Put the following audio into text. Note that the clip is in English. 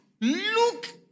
look